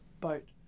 boat